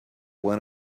one